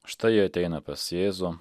štai ateina pas jėzų